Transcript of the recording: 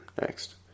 Next